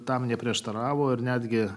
tam neprieštaravo ir netgi